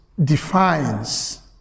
defines